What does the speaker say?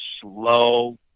slow